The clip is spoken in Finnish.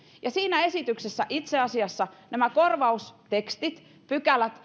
ja siinä esityksessä itse asiassa nämä korvaustekstit pykälät